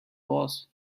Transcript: was